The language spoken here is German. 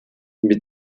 mit